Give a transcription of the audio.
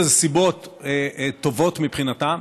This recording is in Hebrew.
היו לזה סיבות טובות, מבחינתם.